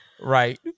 right